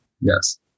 Yes